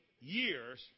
years